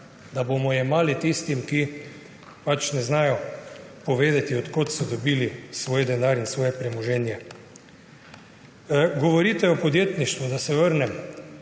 da bomo jemali tistim, ki ne znajo povedati, od kod so dobili svoj denar in svoje premoženje. Govorite o podjetništvu. Da se vrnem.